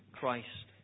Christ